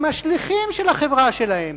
הם השליחים של החברה שלהם.